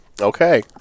Okay